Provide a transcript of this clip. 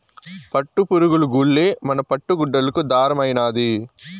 పట్టుపురుగులు గూల్లే మన పట్టు గుడ్డలకి దారమైనాది